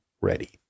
ready